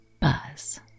buzz